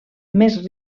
més